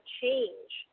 change